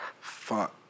Fuck